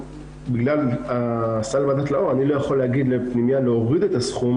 בגלל סל ועדת לאור אני לא יכול להגיד לפנימייה להוריד את הסכום,